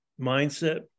mindset